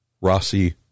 Rossi